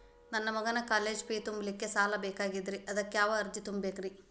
ನನ್ನ ಮಗನ college fee ತುಂಬಲಿಕ್ಕೆ ಸಾಲ ಬೇಕಾಗೆದ್ರಿ ಅದಕ್ಯಾವ ಅರ್ಜಿ ತುಂಬೇಕ್ರಿ?